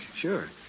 Sure